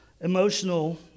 emotional